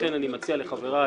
לכן אני מציע לחבריי